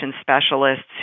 specialists